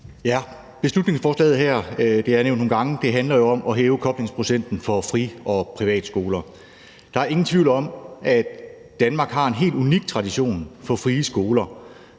Beslutningsforslaget her handler, som det er blevet nævnt nogle gange, jo om at hæve koblingsprocenten for fri- og privatskoler. Der er ingen tvivl om, at Danmark har en helt unik tradition for frie skoler,